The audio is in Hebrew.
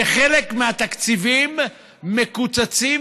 וחלק מהתקציבים שמקוצצים,